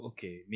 Okay